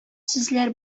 сүзләр